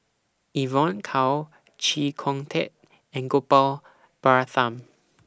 Evon Kow Chee Kong Tet and Gopal Baratham